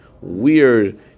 weird